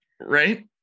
right